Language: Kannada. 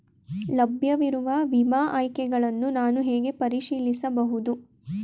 ಲಭ್ಯವಿರುವ ವಿಮಾ ಆಯ್ಕೆಗಳನ್ನು ನಾನು ಹೇಗೆ ಪರಿಶೀಲಿಸಬಹುದು?